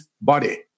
body